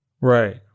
Right